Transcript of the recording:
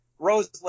Rose